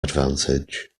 advantage